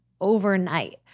overnight